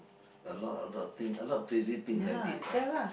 a lot a lot of thing a lot crazy things I did lah